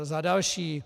Za další.